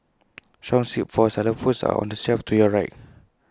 song sheets for xylophones are on the shelf to your right